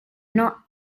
not